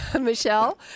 Michelle